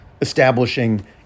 establishing